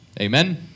Amen